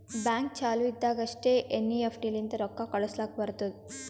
bank ಚಾಲು ಇದ್ದಾಗ್ ಅಷ್ಟೇ ಎನ್.ಈ.ಎಫ್.ಟಿ ಲಿಂತ ರೊಕ್ಕಾ ಕಳುಸ್ಲಾಕ್ ಬರ್ತುದ್